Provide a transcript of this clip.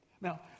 Now